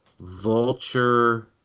Vulture